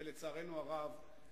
ולצערנו הרב,